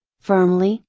firmly,